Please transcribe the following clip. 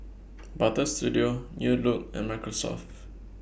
Butter Studio New Look and Microsoft